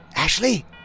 Ashley